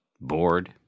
bored